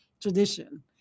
tradition